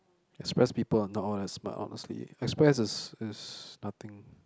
express people are not all that smart honestly express is is nothing